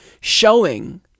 showing